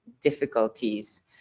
difficulties